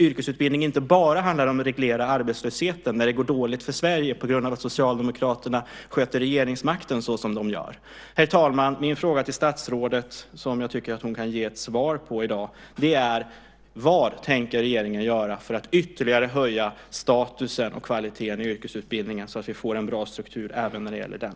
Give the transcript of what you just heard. Yrkesutbildning handlar inte bara om att reglera arbetslösheten när det går dåligt för Sverige på grund av att Socialdemokraterna sköter regeringsmakten så som de gör. Herr talman! Min fråga till statsrådet, som jag tycker att hon kan ge ett svar på i dag, är: Vad tänker regeringen göra för att ytterligare höja statusen och kvaliteten i yrkesutbildningen så att vi får en bra struktur även när det gäller den?